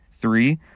Three